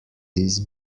this